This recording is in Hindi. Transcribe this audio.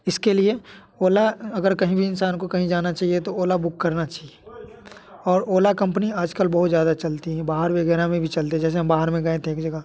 इसके लिए ओला अगर कहीं भी इंसान को कहीं जाना चाहिए तो ओला बुक करना चाहिए और ओला कंपनी आजकल बहुत ज़्यादा चलती है बाहर वगैरह में भी चलते जैसे हम बाहर में गए थे एक जगह